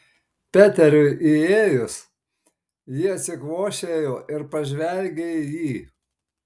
peteriui įėjus ji atsikvošėjo ir pažvelgė į jį